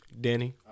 Danny